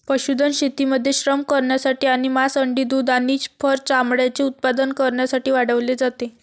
पशुधन शेतीमध्ये श्रम करण्यासाठी आणि मांस, अंडी, दूध आणि फर चामड्याचे उत्पादन करण्यासाठी वाढवले जाते